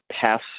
pass